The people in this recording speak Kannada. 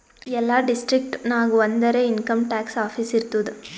ಎಲ್ಲಾ ಡಿಸ್ಟ್ರಿಕ್ಟ್ ನಾಗ್ ಒಂದರೆ ಇನ್ಕಮ್ ಟ್ಯಾಕ್ಸ್ ಆಫೀಸ್ ಇರ್ತುದ್